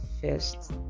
first